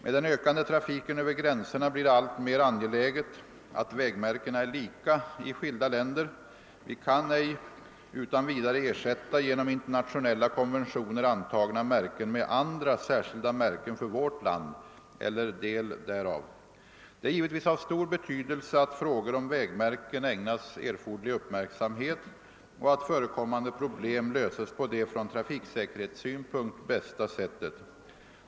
Med den ökande trafiken över gränserna blir det alltmer angeläget att väg märkena är lika i skilda länder. Vi kan ej utan vidare ersätta genom internationella konventioner antagna märken med andra särskilda märken för vårt land eller del därav. Det är givetvis av stor betydelse att frågor om vägmärken ägnas erforderlig uppmärksamhet och att förekommande problem löses på det från trafiksäkerhetssynpunkt bästa sättet.